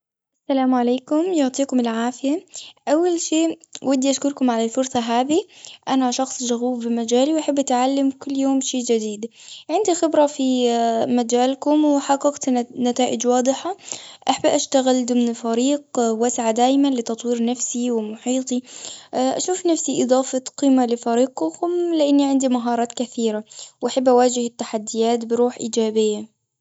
السلام عليكم، يعطيكم العافية. أول شي، ودي أشكركم على الفرصة هذي. أنا شخص شغوف بمجالي، وأحب أتعلم كل يوم شي جديد. عندي خبرة في مجالكم، وحققت نت- نتائج واضحة. أحب أشتغل ضمن فريق، وأسعى دايماً لتطوير نفسي، ومحيطي. أشوف نفسي إضافة قيمة لفريقكم، لأني عندي مهارات كثيرة، وأحب أواجه التحديات بروح إيجابية.